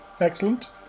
excellent